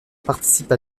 participe